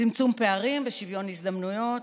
צמצום פערים ושוויון הזדמנויות,